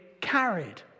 carried